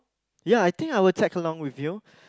ya I think I will tag along with you